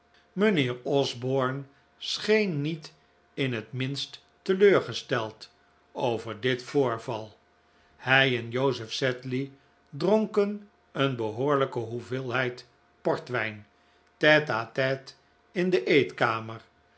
mijnheer osborne scheen niet in het minst teleurgesteld over dit voorval hij en joseph sedley dronken een behoorlijke hoeveelheid port wijn fefe atite in de eetkamer